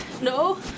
No